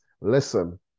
listen